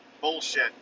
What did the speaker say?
bullshit